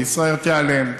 וישראייר תיעלם,